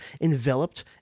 enveloped